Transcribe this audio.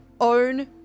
own